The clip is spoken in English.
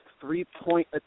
three-point